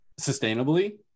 sustainably